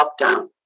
lockdown